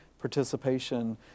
participation